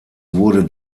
wurde